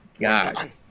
god